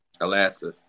Alaska